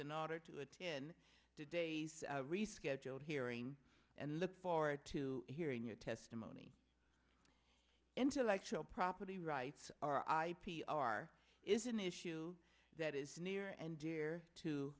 in order to a tin today's rescheduled hearing and look forward to hearing your testimony intellectual property rights are i p r is an issue that is near and dear to